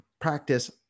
practice